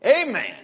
Amen